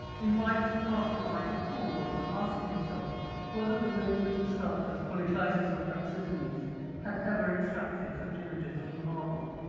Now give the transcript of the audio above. invites the passerby to pause and ask himself whether the great greek sculptors polykleitos or praxiteles had ever extracted such images from marble.